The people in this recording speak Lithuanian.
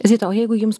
zita o jeigu jums